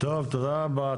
תודה רבה.